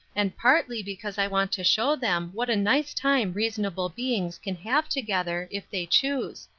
and partly because i want to show them what a nice time reasonable beings can have together, if they choose.